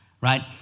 right